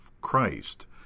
Christ